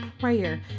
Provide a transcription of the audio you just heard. prayer